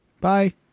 Bye